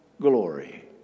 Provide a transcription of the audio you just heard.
glory